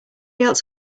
else